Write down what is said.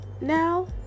now